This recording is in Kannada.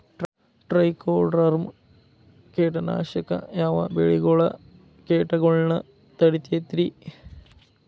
ಟ್ರೈಕೊಡರ್ಮ ಕೇಟನಾಶಕ ಯಾವ ಬೆಳಿಗೊಳ ಕೇಟಗೊಳ್ನ ತಡಿತೇತಿರಿ?